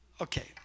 okay